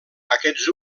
aquests